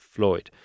Floyd